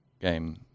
game